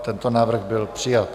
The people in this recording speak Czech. Tento návrh byl přijat.